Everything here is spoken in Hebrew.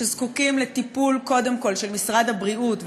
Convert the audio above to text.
שזקוקים קודם כול לטיפול של משרד הבריאות,